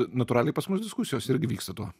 natūraliai pas mus diskusijos irgi vyksta tuo